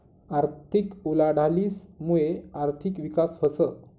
आर्थिक उलाढालीस मुये आर्थिक विकास व्हस